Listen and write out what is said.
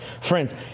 Friends